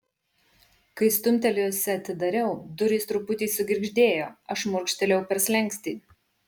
kai stumtelėjusi atidariau durys truputį sugirgždėjo aš šmurkštelėjau per slenkstį